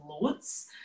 loads